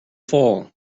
fall